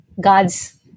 God's